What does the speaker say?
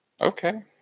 Okay